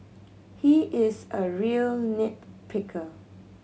he is a real nit picker